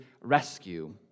rescue